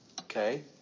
okay